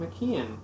McKeon